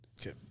Okay